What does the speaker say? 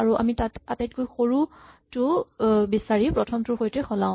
আৰু আমি তাত আটাইতকৈ সৰুটো বিচাৰি প্ৰথমৰটোৰ সৈতে সেইটো সলাওঁ